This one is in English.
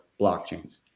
blockchains